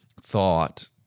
thought